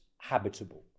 habitable